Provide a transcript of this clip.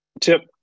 Tip